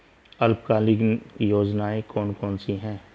अल्पकालीन योजनाएं कौन कौन सी हैं?